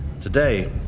Today